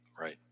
Right